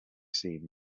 seen